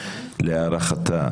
להערכתה,